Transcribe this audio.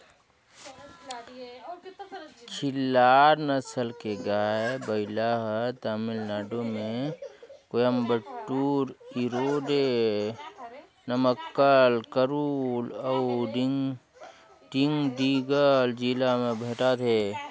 खिल्लार नसल के गाय, बइला हर तमिलनाडु में कोयम्बटूर, इरोडे, नमक्कल, करूल अउ डिंडिगल जिला में भेंटाथे